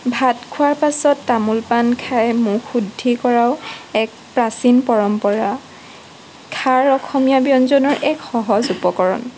ভাত খোৱাৰ পাছত তামোল পান খাই মুখ শুদ্ধি কৰাও এক প্ৰাচীন পৰম্পৰা খাৰ অসমীয়া ব্যঞ্জনৰ এক সহজ উপকৰণ